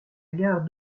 gare